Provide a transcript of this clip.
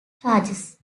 charges